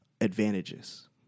advantages